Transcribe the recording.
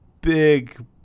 big